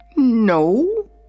No